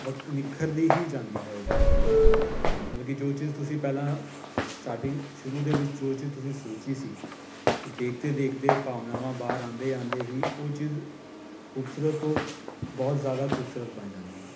ਵਕ ਨਿੱਖਰਦੀ ਹੀ ਜਾਂਦੀ ਆ ਉਹ ਚੀਜ਼ ਮਤਲਬ ਕਿ ਜੋ ਚੀਜ ਤੁਸੀਂ ਪਹਿਲਾਂ ਸਟਾਰਟਿੰਗ ਸ਼ੁਰੂ ਦੇ ਵਿੱਚ ਜੋ ਚੀਜ਼ ਤੁਸੀਂ ਸੋਚੀ ਸੀ ਉਹ ਦੇਖਦੇ ਦੇਖਦੇ ਭਾਵਨਾਵਾਂ ਬਾਹਰ ਆਉਂਦੇ ਆਉਂਦੇ ਹੀ ਉਹ ਚੀਜ਼ ਖੂਬਸੂਰਤ ਤੋਂ ਬਹੁਤ ਜ਼ਿਆਦਾ ਖੂਬਸੂਰਤ ਬਣ ਜਾਂਦੀ ਹੈ